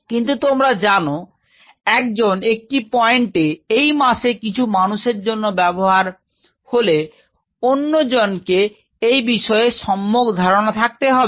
কিন্তু তোমরা জানো একজন একটি পয়েন্টে এই মাসে কিছু মানুষের জন্য ব্যবহার হলো এবং একজনকে এই বিষয়ে সম্যক ধারণা রাখতে হবে